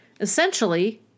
Essentially